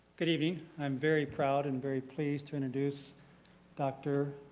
good evening, i'm very proud and very pleased to introduce dr.